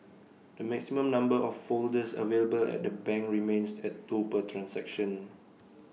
the maximum number of folders available at the banks remains at two per transaction